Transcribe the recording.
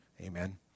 Amen